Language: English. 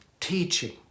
teaching